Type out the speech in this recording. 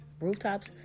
rooftops